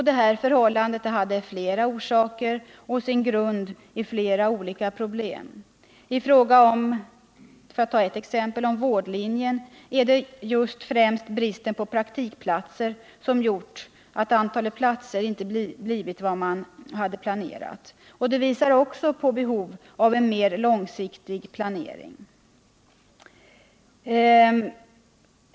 Detta förhållande har sin grund i flera olika problem. I fråga om vårdlinjen, för att ta ett exempel, är det främst bristen på praktikplatser som gjort att antalet platser inte blivit vad man planerat. Detta visar också på behovet av en mer långsiktig planering.